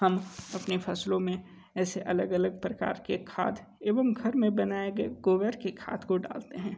हम अपनी फसलों में ऐसे अलग अलग प्रकार के खाद एवं घर में बनाए गए गोबर के खाद को डालते हैं